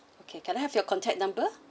okay can I have your contact number